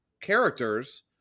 characters